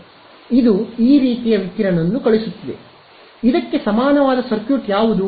ಆದ್ದರಿಂದ ಇದು ಈ ರೀತಿಯ ವಿಕಿರಣವನ್ನು ಕಳುಹಿಸುತ್ತಿದೆ ಇದಕ್ಕೆ ಸಮಾನವಾದ ಸರ್ಕ್ಯೂಟ್ ಯಾವುದು